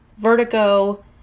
Vertigo